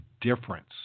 difference